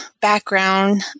background